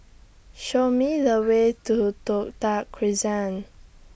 Show Me The Way to Toh Tuck Crescent